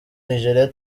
nigeria